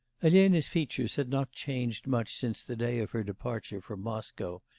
elena's features had not changed much since the day of her departure from moscow,